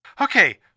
Okay